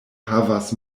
havas